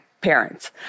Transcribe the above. parents